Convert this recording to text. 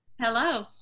Hello